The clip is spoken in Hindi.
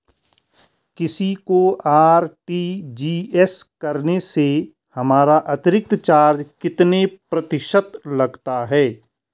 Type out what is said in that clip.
किसी को आर.टी.जी.एस करने से हमारा अतिरिक्त चार्ज कितने प्रतिशत लगता है?